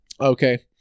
Okay